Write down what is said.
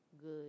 good